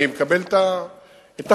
אני מקבל את החומר.